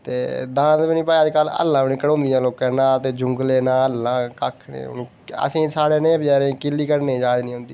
ते दांद बी नेईं भई अज्जकल हल्लां बी नेई कडोंदिंया लोकें कोला ना जुंगले ना हल्लां कक्ख नेईं असेंगी साढ़े नेह् बचारे गी किल्ली कढ़ने दी जांच नेईं होंदी